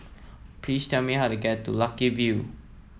please tell me how to get to Lucky View